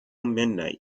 midnight